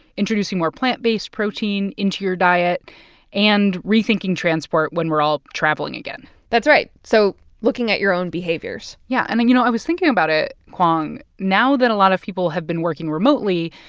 introducing more plant-based protein into your diet and rethinking transport when we're all traveling again that's right so looking at your own behaviors yeah. and and you know, i was thinking about it, kwong now that a lot of people have been working remotely,